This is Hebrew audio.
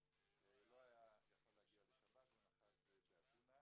לא היה יכול להגיע עד השבת ולכן הוא נחת באתונה.